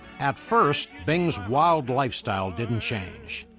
at first, bing's wild lifestyle didn't change.